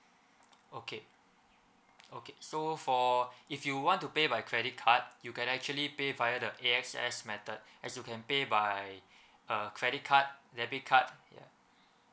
okay okay so for if you want to pay by credit card you can actually pay via the A_X_S method as you can pay by uh credit card debit card ya